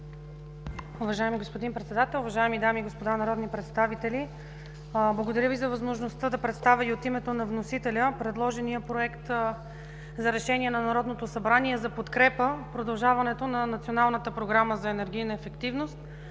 Уважаеми господин Председател, уважаеми дами и господа народни представители! Благодаря Ви за възможността да представя и от името на вносителя предложения Проект за решение на Народното събрание за подкрепа продължаването на Националната програма за енергийна ефективност